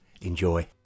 Enjoy